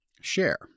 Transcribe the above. share